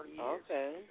Okay